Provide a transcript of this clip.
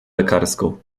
lekarską